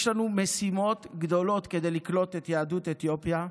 יש לנו משימות גדולות כדי לקלוט את יהדות אתיופיה.